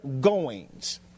goings